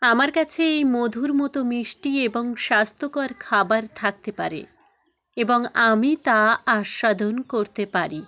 আমার কাছে এই মধুর মতো মিষ্টি এবং স্বাস্থ্যকর খাবার থাকতে পারে এবং আমি তা আস্বাদন করতে পারি